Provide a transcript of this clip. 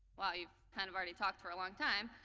you've kind of already talked for a long time,